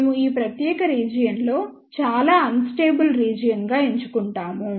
మేము ఈ ప్రత్యేక రీజియన్ లో చాలా అన్ స్టేబుల్ రీజియన్ గా ఎంచుకుంటాము